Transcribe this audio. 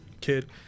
kid